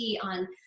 on